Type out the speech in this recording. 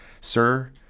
sir